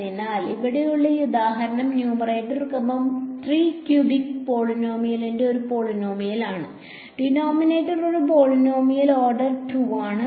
അതിനാൽ ഇവിടെയുള്ള ഈ ഉദാഹരണം ന്യൂമറേറ്റർ ക്രമം 3 ക്യൂബിക് പോളിനോമിയലിന്റെ ഒരു പോളിനോമിയലാണ് ഡിനോമിനേറ്റർ ഒരു പോളിനോമിയൽ ഓർഡർ 2 ആണ്